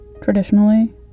Traditionally